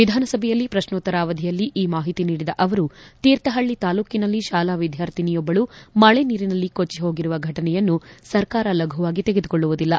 ವಿಧಾನಸಭೆಯಲ್ಲಿ ಪ್ರಶ್ನೋತ್ತರ ಅವಧಿಯಲ್ಲಿ ಈ ಮಾಹಿತಿ ನೀಡಿದ ಅವರು ತೀರ್ಥಹಳ್ಳ ತಾಲ್ಲೂಕಿನಲ್ಲಿ ತಾಲಾ ವಿದ್ವಾರ್ಥಿನಿಯೊಬ್ಬಳು ಮಳೆ ನೀರಿನಲ್ಲಿ ಕೊಟ್ಟಿ ಹೋಗಿರುವ ಘಟನೆಯನ್ನು ಸರ್ಕಾರ ಲಘುವಾಗಿ ತೆಗೆದುಕೊಳ್ಳುವುದಿಲ್ಲ